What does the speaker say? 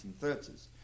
1930s